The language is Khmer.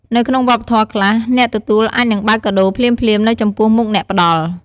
នៅក្នុងវប្បធម៌ខ្លះ អ្នកទទួលអាចនឹងបើកកាដូរភ្លាមៗនៅចំពោះមុខអ្នកផ្តល់។